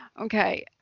okay